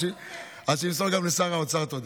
אז שימסור גם לשר האוצר תודה.